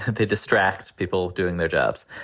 they distract people doing their jobs.